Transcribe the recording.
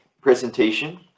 presentation